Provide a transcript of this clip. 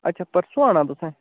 अच्छा परसूं औना तुसें